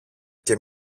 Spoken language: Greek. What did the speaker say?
και